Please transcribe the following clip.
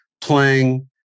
playing –